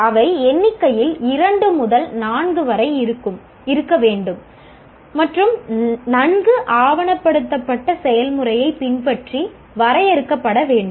அவை எண்ணிக்கையில் 2 முதல் 4 வரை இருக்க வேண்டும் மற்றும் நன்கு ஆவணப்படுத்தப்பட்ட செயல்முறையைப் பின்பற்றி வரையறுக்கப்பட வேண்டும்